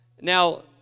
Now